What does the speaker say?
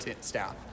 staff